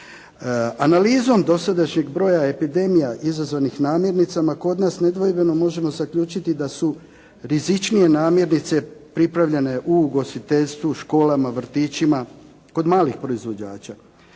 Analizom dosadašnjeg broja epidemija izazvanih namirnicama, kod nas nedvojbeno možemo zaključiti da su rizičnije namirnice pripravljene u ugostiteljstvu, školama, vrtićima, kod malih proizvođača.